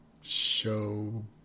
show